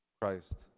Christ